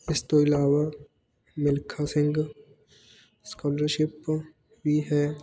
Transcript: ਇਸ ਤੋਂ ਇਲਾਵਾ ਮਿਲਖਾ ਸਿੰਘ ਸਕੋਲਰਸ਼ਿਪ ਵੀ ਹੈ